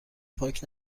پاک